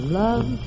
love